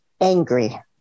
angry